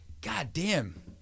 goddamn